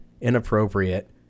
inappropriate